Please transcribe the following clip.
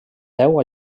deu